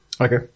Okay